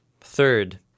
third